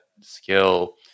skill